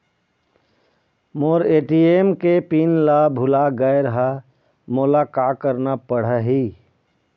मोर ATM के PIN मैं भुला गैर ह, मोला का करना पढ़ही?